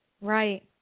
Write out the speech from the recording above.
Right